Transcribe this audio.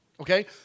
Okay